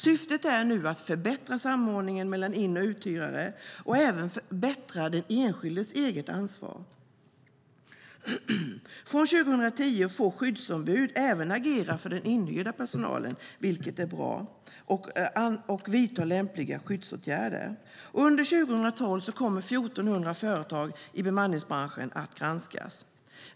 Syftet är nu att förbättra samordningen mellan in och uthyrare och även förbättra den enskildes eget ansvar. Sedan 2010 får skyddsombud även agera för den inhyrda personalen, vilket är bra, och vidta lämpliga skyddsåtgärder. Och under 2012 kommer 1 400 företag i bemanningsbranschen att granskas.